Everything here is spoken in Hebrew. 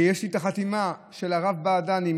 ויש לי את החתימה של הרב בעדני,